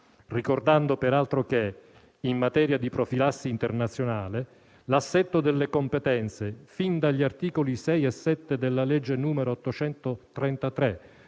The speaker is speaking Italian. ricordando peraltro che in materia di profilassi internazionale l'assetto delle competenze, fin dagli articoli 6 e 7 della legge n. 833